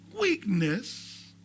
weakness